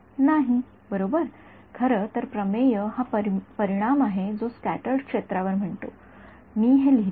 नाही बरोबर खरं तर प्रमेय हा परिणाम आहे जो स्क्याटर्ड क्षेत्रावर म्हणतो मी हे लिहितो